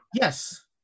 Yes